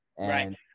Right